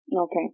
Okay